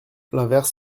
l’inverse